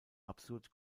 absurd